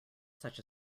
such